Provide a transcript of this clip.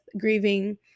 grieving